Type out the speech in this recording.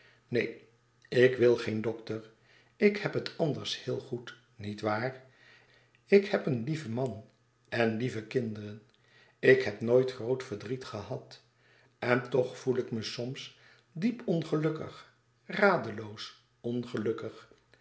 neen ik wil geen dokter ik heb het anders heel goed niet waar ik heb een lieven man en lieve kinderen ik heb nooit groot verdriet gehad en toch voel ik me soms diep ongelukkig radeloos ongelukkig